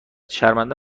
شرمنده